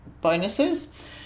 bonuses